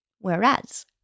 Whereas